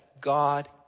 God